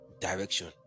direction